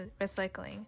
recycling